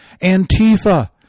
Antifa